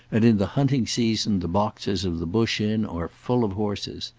and in the hunting season the boxes of the bush inn are full of horses.